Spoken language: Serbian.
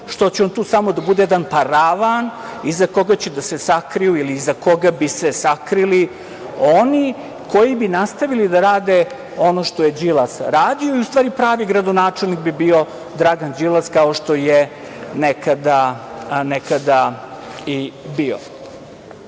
što će on tu samo da bude jedan paravan iza koga će da se sakriju ili iza koga bi se sakrili oni koji bi nastavili da rade ono što je Đilas radio i u stvari pravi gradonačelnik bi bio Dragan Đilas, kao što je nekada i